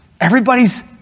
everybody's